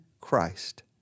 Christ